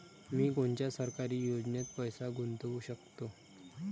मी कोनच्या सरकारी योजनेत पैसा गुतवू शकतो?